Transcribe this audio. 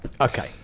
Okay